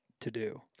to-do